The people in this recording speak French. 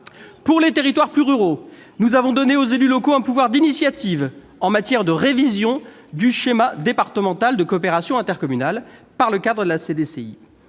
des territoires plus ruraux, nous avons donné aux élus locaux un pouvoir d'initiative en matière de révision du schéma départemental de coopération intercommunale par le biais de la